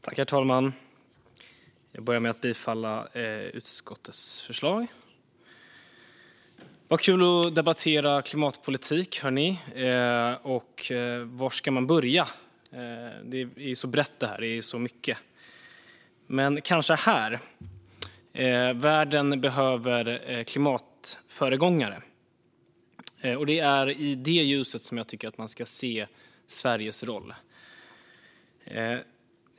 Herr talman! Jag börjar med att yrka bifall till utskottets förslag. Det är kul att debattera klimatpolitik. Var ska man börja? Detta område är så brett. Men jag ska börja med att världen behöver klimatföregångare. Det är i detta ljus som jag tycker att man ska se Sveriges roll.